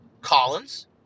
Collins